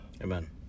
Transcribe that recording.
Amen